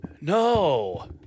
no